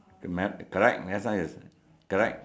next correct next one is correct